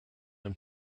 and